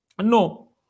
No